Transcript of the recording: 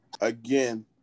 Again